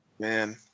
Man